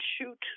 shoot